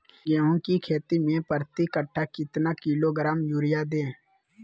गेंहू की खेती में प्रति कट्ठा कितना किलोग्राम युरिया दे?